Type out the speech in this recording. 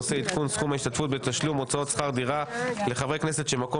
בנושא עדכון סכום ההשתתפות בתשלום הוצאות שכר דירה לחברי כנסת שמקום